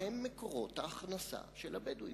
מה הם מקורות ההכנסה של הבדואים?